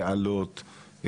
תעלות,